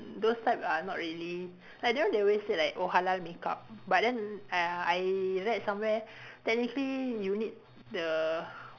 those type are not really like don't know they always say like oh halal makeup but then !aiya! I read somewhere technically you need the